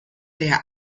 der